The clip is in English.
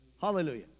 Hallelujah